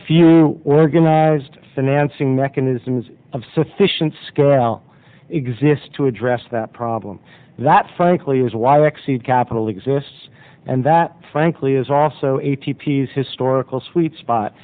few organized financing mechanisms of sufficient scale exist to address that problem that frankly is why rex seed capital exists and that frankly is also a t p s historical sweet spot